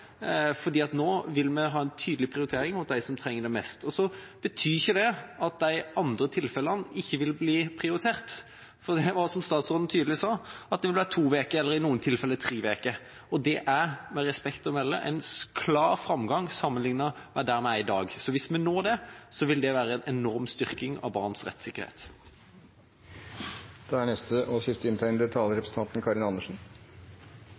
nå vil vi ha en tydelig prioritering av dem som trenger det mest. Så betyr ikke det at de andre tilfellene ikke vil bli prioritert, for det vil, som statsråden tydelig sa, være to uker eller i noen tilfeller tre uker, og det er med respekt å melde en klar framgang sammenliknet med i dag. Hvis vi når det, vil det være en enorm styrking av barns rettssikkerhet. Jeg vil uttrykke støtte til innlegget til representanten